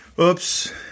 Oops